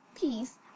peace